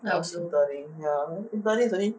interning ya interning is only